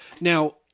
Now